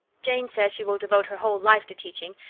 jane says she will devote her whole life to teaching,